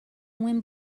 wind